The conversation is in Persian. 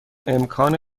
امکان